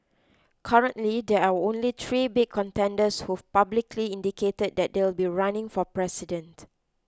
currently there are only three big contenders who've publicly indicated that they'll be running for president